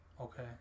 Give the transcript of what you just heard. Okay